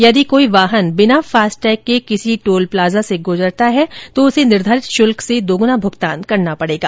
यदि कोई वाहन बिना फास्टैग के किसी टोल प्लाजा से गुजरता है तो उसे निर्धारित शुल्क से दोगुना भुगतान करना पडेगा